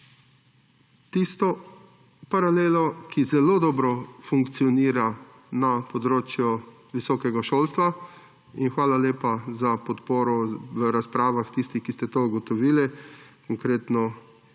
tisto paralelo, ki zelo dobro funkcionira na področju visokega šolstva. Hvala lepa za podporo v razpravah, tisti, ki ste to ugotovili. Konkretno